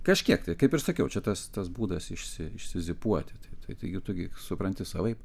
kažkiek tai kaip ir sakiau čia tas tas būdas išsi išsizipuoti taigi tu gi supranti savaip